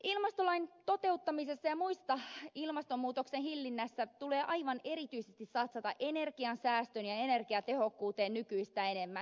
ilmastolain toteuttamisessa ja muussa ilmastonmuutoksen hillinnässä tulee aivan erityisesti satsata energiansäästöön ja energiatehokkuuteen nykyistä enemmän